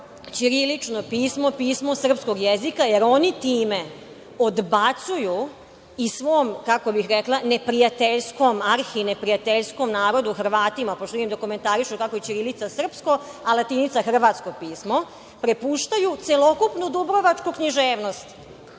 ćirilično pismo, pismo srpskog jezika jer oni time odbacuju i svom, kako bih rekla, neprijateljskom, arhineprijateljskom narodu Hrvatima, pošto vidim da komentarišu kako je ćirilica srpsko, a latinica hrvatsko pismo, prepuštaju celokupnu Dubrovačku književnost